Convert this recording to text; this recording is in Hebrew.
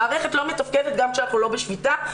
המערכת לא מתפקדת גם כשאנחנו לא בשביתה,